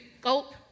gulp